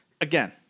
again